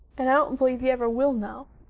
i don't believe he ever will now.